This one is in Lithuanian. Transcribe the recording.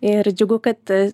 ir džiugu kad